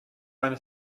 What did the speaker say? eine